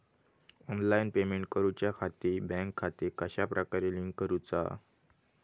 Online payment करुच्याखाती bank खाते कश्या प्रकारे लिंक करुचा?